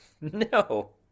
no